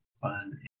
fun